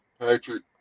Patrick